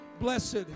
Blessed